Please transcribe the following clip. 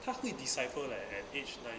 他会 decipher leh at eight